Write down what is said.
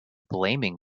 blaming